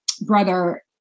brother